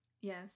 Yes